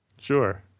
sure